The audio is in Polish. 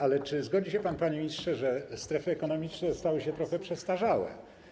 Ale czy zgodzi się pan z tym, panie ministrze, że strefy ekonomiczne stały się trochę przestarzałe?